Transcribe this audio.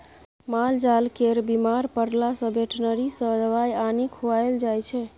मालजाल केर बीमार परला सँ बेटनरी सँ दबाइ आनि खुआएल जाइ छै